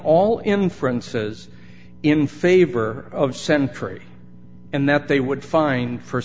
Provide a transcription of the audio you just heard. all inferences in favor of sentry and that they would find